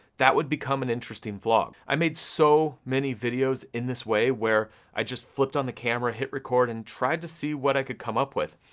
that would become an interesting vlog. i made so many videos in this way, where i just flipped on the camera, hit record, and tried to see what i could come up with,